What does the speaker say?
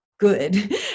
good